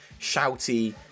shouty